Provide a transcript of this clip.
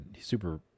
super